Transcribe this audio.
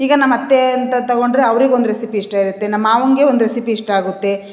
ಈಗ ನಮ್ಮ ಅತ್ತೆ ಅಂತ ತಗೊಂಡರೆ ಅವ್ರಿಗೆ ಒಂದು ರೆಸಿಪಿ ಇಷ್ಟ ಇರುತ್ತೆ ನಮ್ಮ ಮಾವನಿಗೆ ಒಂದು ರೆಸಿಪಿ ಇಷ್ಟ ಆಗುತ್ತೆ